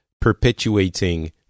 perpetuating